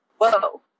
whoa